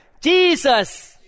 Jesus